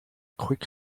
quick